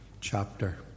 chapter